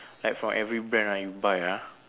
like from every brand right you buy ah